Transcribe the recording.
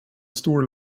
stor